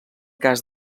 cas